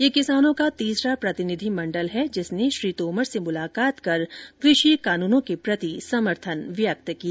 यह किसानों का तीसरा प्रतिनिधिमंडल है जिसने श्री तोमर से मुलाकात कर कृषि कानूनों के प्रति समर्थन व्यक्त किया है